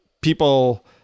people